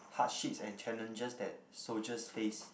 hardships and challenges that soldiers face